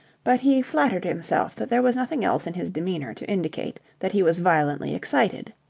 but he flattered himself that there was nothing else in his demeanour to indicate that he was violently excited.